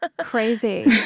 crazy